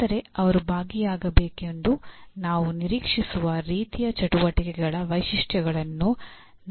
ಆದರೆ ಅವರು ಭಾಗಿಯಾಗಬೇಕೆಂದು ನಾವು ನಿರೀಕ್ಷಿಸುವ ರೀತಿಯ ಚಟುವಟಿಕೆಗಳ ವೈಶಿಷ್ಟ್ಯಗಳನ್ನು ನಾವು ಸೆರೆಹಿಡಿಯಬಹುದು